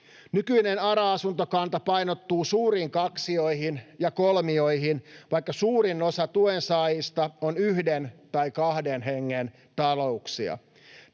Nykyinen ARA-asuntokanta painottuu suuriin kaksioihin ja kolmioihin, vaikka suurin osa tuensaajista on yhden tai kahden hengen talouksia.